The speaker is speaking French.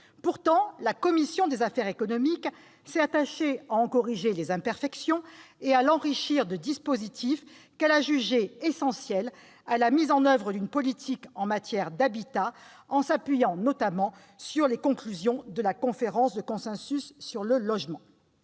Pourtant, la commission des affaires économiques s'est attachée à en corriger les imperfections et à l'enrichir de dispositifs qu'elle a jugés essentiels à la mise en oeuvre d'une politique en matière d'habitat, en s'appuyant notamment sur les conclusions de la conférence de consensus sur le logement.